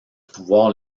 pouvoir